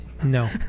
No